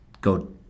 go